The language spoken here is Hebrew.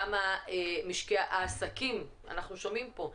כמה העסקים אנחנו שומעים פה,